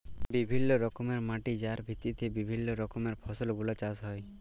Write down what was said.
বিভিল্য রকমের মাটি যার ভিত্তিতে বিভিল্য রকমের ফসল গুলা চাষ হ্যয়ে